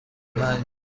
kanjye